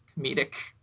comedic